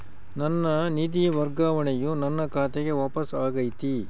ನನ್ನ ನಿಧಿ ವರ್ಗಾವಣೆಯು ನನ್ನ ಖಾತೆಗೆ ವಾಪಸ್ ಆಗೈತಿ